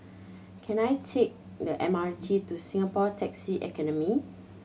can I take the M R T to Singapore Taxi Academy